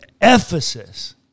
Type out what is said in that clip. Ephesus